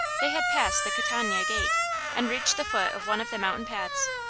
they had passed the catania gate and reached the foot of one of the mountain paths.